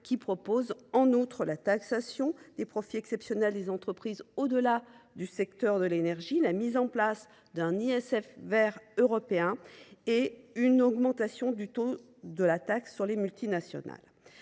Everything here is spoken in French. propose la taxation des profits exceptionnels des entreprises au delà du seul secteur de l’énergie, la mise en place d’un ISF vert européen et une augmentation du taux de la taxe sur les multinationales.